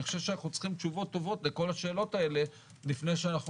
אני חושב שאנחנו צריכים תשובות טובות לכל השאלות האלה לפני שאנחנו